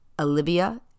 Olivia